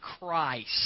Christ